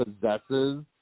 possesses